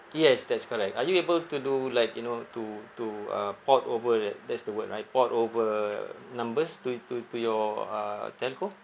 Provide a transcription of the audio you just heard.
yes that's correct are you able to do like you know to to uh port over that that's the word right port over numbers to to your uh telco